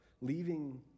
leaving